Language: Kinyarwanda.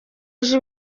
ejo